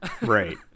Right